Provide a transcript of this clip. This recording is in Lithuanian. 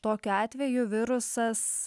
tokiu atveju virusas